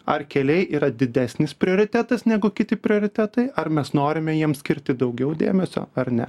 ar keliai yra didesnis prioritetas negu kiti prioritetai ar mes norime jiems skirti daugiau dėmesio ar ne